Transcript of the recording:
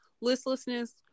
listlessness